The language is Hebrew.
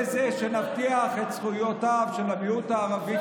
ועל ידי זה שנבטיח את זכויותיו של המיעוט הפלסטיני,